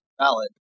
valid